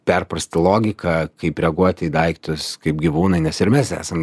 perprasti logiką kaip reaguoti į daiktus kaip gyvūnai nes ir mes esam